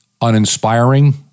uninspiring